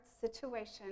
situation